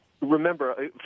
remember